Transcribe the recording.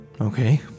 Okay